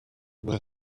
were